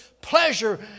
pleasure